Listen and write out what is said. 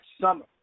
summer